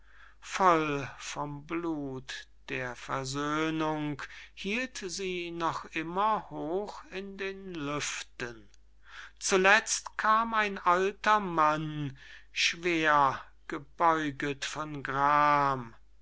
voll von blut der versöhnung hielt sie noch immer hoch in den lüften zuletzt kam ein alter mann schwer gebeuget von gram